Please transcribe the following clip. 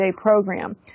program